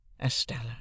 Estella